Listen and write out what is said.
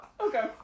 Okay